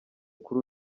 kuri